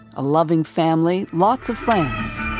a loving family, lots of friends.